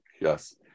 Yes